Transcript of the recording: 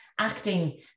acting